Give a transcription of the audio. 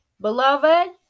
Beloved